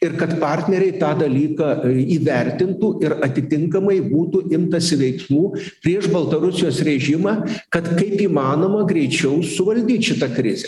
ir kad partneriai tą dalyką įvertintų ir atitinkamai būtų imtasi veiksmų prieš baltarusijos režimą kad kaip įmanoma greičiau suvaldyt šitą krizę